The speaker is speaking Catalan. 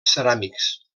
ceràmics